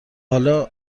حالا